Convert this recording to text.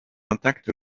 intacts